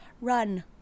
Run